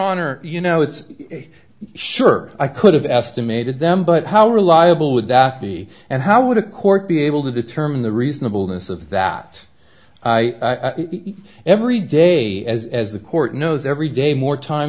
honor you know it's a sure i could have estimated them but how reliable would that be and how would a court be able to determine the reasonable this of that every day as as the court knows every day more time